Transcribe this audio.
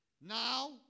now